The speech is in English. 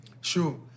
Sure